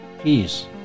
peace